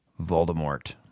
Voldemort